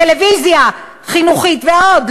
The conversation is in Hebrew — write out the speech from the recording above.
טלוויזיה חינוכית ועוד,